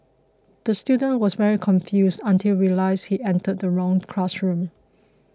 the student was very confused until realised he entered the wrong classroom